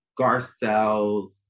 garcelle's